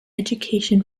education